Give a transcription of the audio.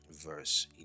verse